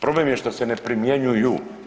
Problem je što se ne primjenjuju.